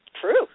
True